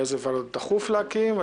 אילו ועדות דחוף להקים.